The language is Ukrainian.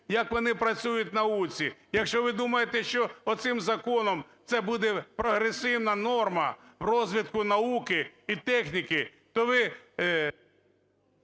як вони працюють в науці. Якщо ви думаєте, що оцим законом це буде прогресивна норма розвитку науки і техніки, то ви…